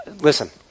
Listen